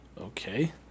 Okay